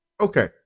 Okay